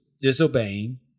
disobeying